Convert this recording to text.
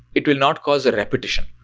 it will not cause a repetition.